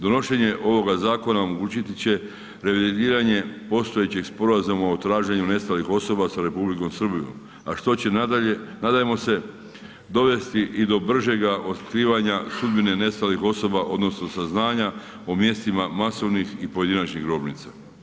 Donošenje ovoga zakona omogućiti će revidiranje postojećeg sporazuma o traženju nestalih osoba sa Republikom Srbijom a što će nadalje nadajmo se dovesti i do bržega otkrivanja sudbine nestalih osoba odnosno saznanja o mjestima masovnih i pojedinačnih grobnica.